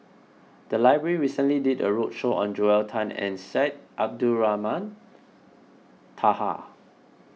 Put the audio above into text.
the library recently did a roadshow on Joel Tan and Syed Abdulrahman Taha